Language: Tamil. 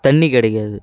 தண்ணி கிடைக்காது